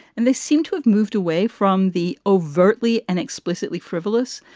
and they seem to have moved away from the overtly and explicitly frivolous.